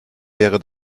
wäre